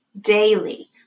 daily